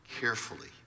carefully